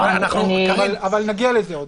עוד נגיע לזה.